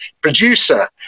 producer